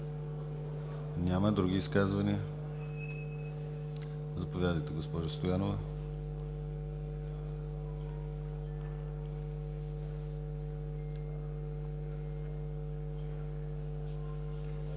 Няма. Други изказвания? Заповядайте, госпожо Стоянова.